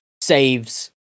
saves